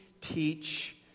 teach